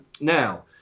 Now